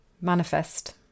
manifest